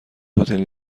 هتل